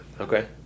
Okay